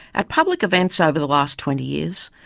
at public events over the last twenty years,